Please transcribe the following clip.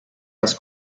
las